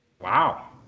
Wow